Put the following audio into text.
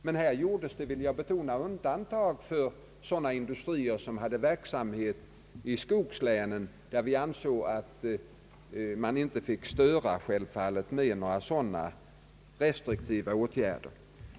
Men jag vill understryka att man gjorde undantag för industrier som hade verksamhet i skogslänen, där vi ansåg att man inte fick tillämpa några sådana restriktiva åtgärder.